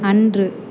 அன்று